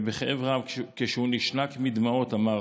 ובכאב רב, כשהוא נשנק מדמעות, הוא דיבר.